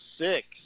six